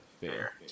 fair